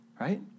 right